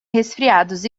resfriados